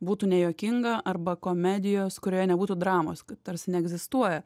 būtų ne juokinga arba komedijos kurioje nebūtų dramos k tarsi neegzistuoja